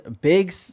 big